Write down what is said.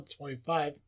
25